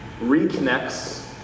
reconnects